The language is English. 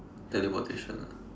teleportation ah